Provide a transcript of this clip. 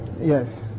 Yes